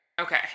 Okay